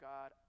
God